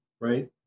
right